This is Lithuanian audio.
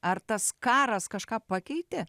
ar tas karas kažką pakeitė